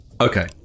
Okay